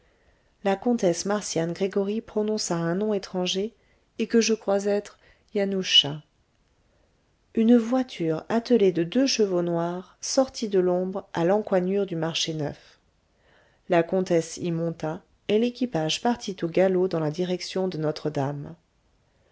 la comtesse marcian gregoryi prononça un nom étranger et que je crois être yanusa une voiture attelée de deux chevaux noirs sortit de l'ombre à l'encoignure du marché neuf la comtesse y monta et l'équipage partit au galop dans la direction de notre-dame